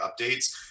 updates